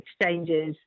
exchanges